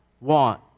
want